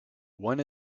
one